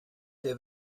der